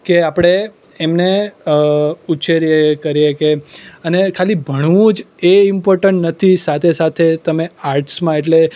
કે આપણે એમને ઉછેર કરીએ કે અને ખાલી ભણવું જ એ ઇમ્પોર્ટન્ટ નથી સાથે સાથે તમે આર્ટ્સમાં એટલે